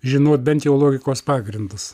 žinot bent jau logikos pagrindus